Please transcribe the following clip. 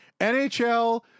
nhl